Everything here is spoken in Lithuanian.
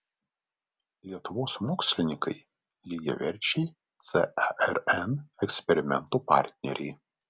lietuvos mokslininkai lygiaverčiai cern eksperimentų partneriai